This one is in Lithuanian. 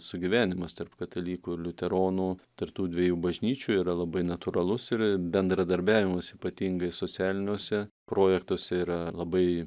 sugyvenimas tarp katalikų ir liuteronų tarp tų dviejų bažnyčių yra labai natūralus ir bendradarbiavimas ypatingai socialiniuose projektuose yra labai